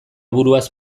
buruaz